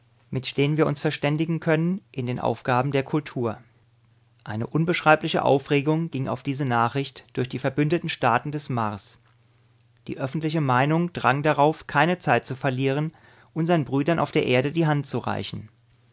mit denen wir uns verständigen können in den aufgaben der kultur eine unbeschreibliche aufregung ging auf diese nachricht durch die verbündeten staaten des mars die öffentliche meinung drang darauf keine zeit zu verlieren unsern brüdern auf der erde die hand zu reichen